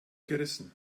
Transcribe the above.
gerissen